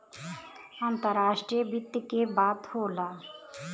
अंतराष्ट्रीय वित्त के बात होला